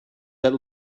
that